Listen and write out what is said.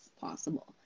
possible